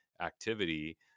activity